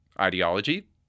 ideology